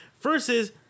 versus